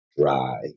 dry